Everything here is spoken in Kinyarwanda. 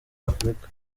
afurika